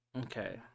Okay